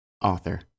Author